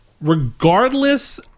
regardless